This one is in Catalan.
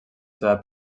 seva